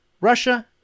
Russia